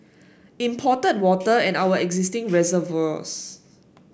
imported water and our existing reservoirs